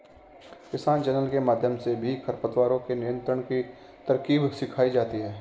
किसान चैनल के माध्यम से भी खरपतवारों के नियंत्रण की तरकीब सिखाई जाती है